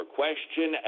question